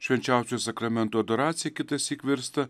švenčiausiojo sakramento adoracija kitąsyk virsta